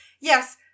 yes